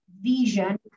vision